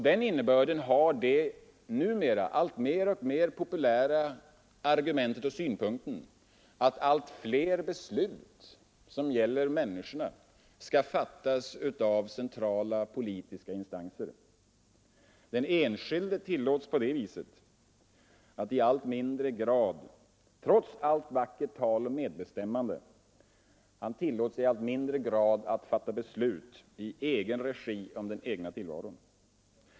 Den innebörden har det numera populära argumentet att de centrala politiska instanserna skall fatta allt större del av alla beslut som gäller människorna. Den enskilde individen tillåts i allt mindre grad — trots allt vackert tal om medbestämmande — att fatta beslut i egen regi om den egna tillvaron.